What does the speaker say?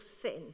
sin